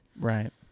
right